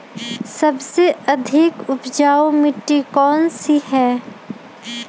सबसे अधिक उपजाऊ मिट्टी कौन सी हैं?